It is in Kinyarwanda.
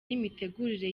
n’imitegurire